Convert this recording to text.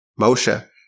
Moshe